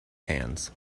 hands